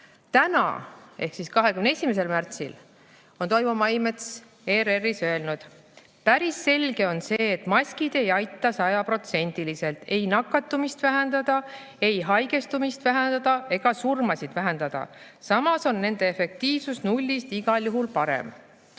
Täna ehk siis 21. märtsil on Toivo Maimets ERR-is öelnud: "Päris selge on see, et maskid ei aita sajaprotsendiliselt ei nakatumist vähendada, ei haigestumist vähendada ega surmasid vähendada. Samas on nende efektiivsus nullist igal juhul parem."